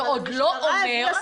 זה עוד לא אומר --- אבל המשטרה הביאה